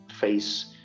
face